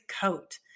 coat